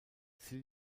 sie